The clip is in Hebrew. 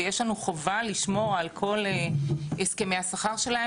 ויש לנו חובה לשמור על כל הסכמי השכר שלהם